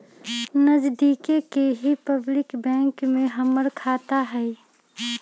नजदिके के ही पब्लिक बैंक में हमर खाता हई